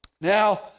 Now